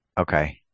Okay